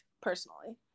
personally